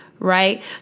Right